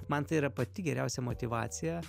man tai yra pati geriausia motyvacija